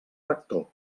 rector